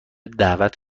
دعوت